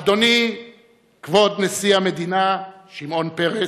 אדוני כבוד נשיא המדינה שמעון פרס,